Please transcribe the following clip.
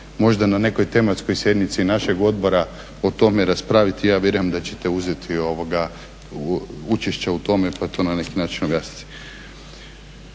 možda na nekoj tematskoj sjednici našeg odbora o tome raspraviti, ja vjerujem da ćete uzeti učešće u tome pa to na neki način objasniti.